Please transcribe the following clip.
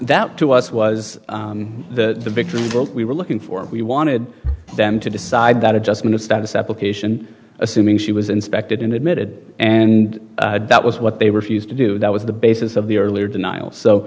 that to us was the picture we were looking for we wanted them to decide that adjustment of status application assuming she was inspected and admitted and that was what they refused to do that was the basis of the earlier denial so